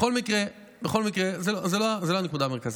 בכל מקרה זאת לא הנקודה המרכזית.